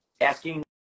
asking